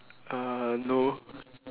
uh no